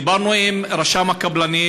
דיברנו עם רשם הקבלנים.